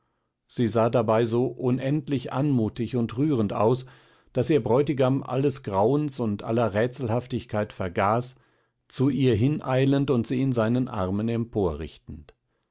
sie sah dabei so unendlich anmutig und rührend aus daß ihr bräutigam alles grauens und aller rätselhaftigkeit vergaß zu ihr hineilend und sie in seinen armen